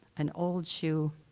an old shoe,